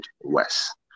West